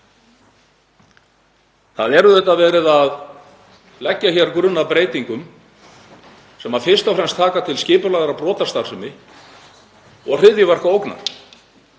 Það er verið að leggja hér grunn að breytingum sem fyrst og fremst taka til skipulagðrar brotastarfsemi og hryðjuverkaógnar.